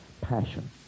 passion